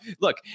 look